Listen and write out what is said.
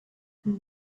and